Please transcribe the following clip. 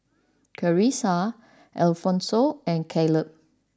Clarisa Alfonso and Clabe